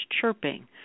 chirping